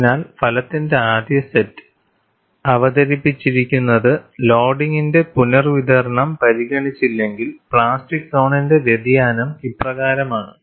അതിനാൽ ഫലത്തിന്റെ ആദ്യ സെറ്റ് ഇവിടെ അവതരിപ്പിച്ചിരിക്കുന്നത്ലോഡിംഗിന്റെ പുനർവിതരണം പരിഗണിച്ചില്ലെങ്കിൽ പ്ലാസ്റ്റിക് സോണിന്റെ വ്യതിയാനം ഇപ്രകാരമാണ്